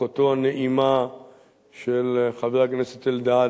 אחותו הנעימה של חבר הכנסת אלדד,